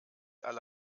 alle